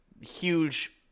huge